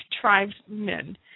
tribesmen